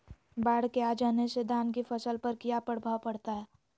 बाढ़ के आ जाने से धान की फसल पर किया प्रभाव पड़ता है?